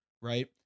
right